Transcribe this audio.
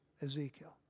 Ezekiel